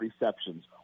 receptions